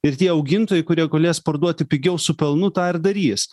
ir tie augintojai kurie galės parduoti pigiau su pelnu tą darys